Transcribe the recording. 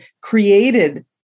created